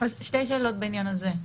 שתי שאלות בעניין הזה.